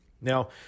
Now